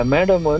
Madam